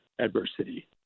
adversity